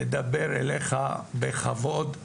לדבר אליך בכבוד,